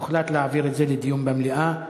הוחלט להעביר את זה לדיון במליאה.